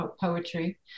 poetry